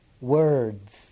Words